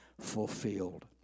fulfilled